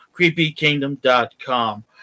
creepykingdom.com